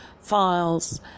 files